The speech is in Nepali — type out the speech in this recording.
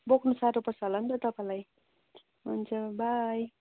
बोक्नु साह्रो पर्छ होला नि त तपाईँलाई हुन्छ बाई